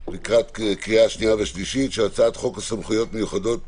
לקראת הקריאה השנייה והשלישית בהצעת חוק סמכויות מיוחדות